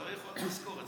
צריך עוד משכורת.